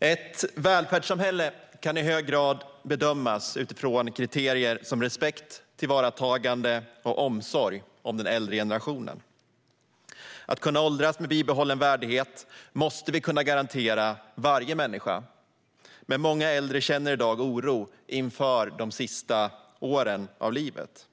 Ett välfärdssamhälle kan i hög grad bedömas utifrån kriterier som respekt, tillvaratagande och omsorg om den äldre generationen. Att kunna åldras med bibehållen värdighet måste vi kunna garantera varje människa. Men många äldre känner oro inför de sista åren i livet.